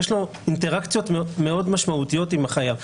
יש לו אינטראקציות מאוד משמעותיות עם החייב.